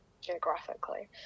geographically